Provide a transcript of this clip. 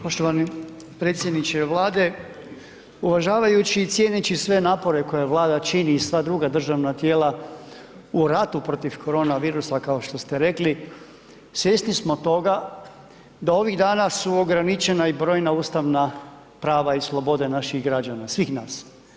Poštovani predsjedniče Vlade, uvažavajući i cijeneći sve napore koje Vlada čini i sva druga državna tijela u ratu protiv korona virusa kao što ste rekli, svjesni smo toga da ovih dana su ograničena i brojna ustavna prava i slobode naših građana, svih nas.